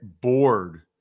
bored